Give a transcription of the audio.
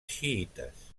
xiïtes